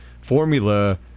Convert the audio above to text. formula